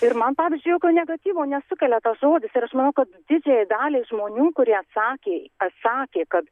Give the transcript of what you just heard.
ir man pavyzdžiui jokio negatyvo nesukelia tas žodis ir aš manau kad didžiajai daliai žmonių kurie atsakė atsakė kad